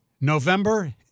November